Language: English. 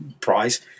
price